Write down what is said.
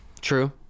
True